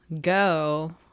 go